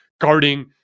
guarding